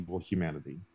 humanity